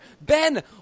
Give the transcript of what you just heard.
Ben